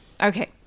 okay